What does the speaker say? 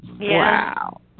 Wow